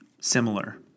Similar